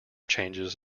changes